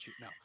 no